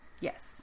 Yes